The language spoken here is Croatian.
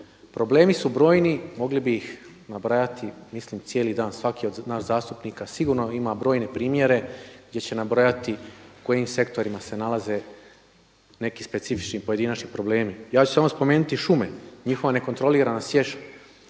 Problemi su brojni, mogli bi ih nabrajati mislim cijeli dan. Svaki od nas zastupnika sigurno ima brojne primjere gdje će nabrojati u kojim sektorima se nalaze neki specifični pojedinačni problemi. Ja ću samo spomenuti šume, njihova nekontrolirana sjeća.